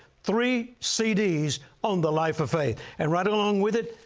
three cds on the life of faith. and right along with it,